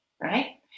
right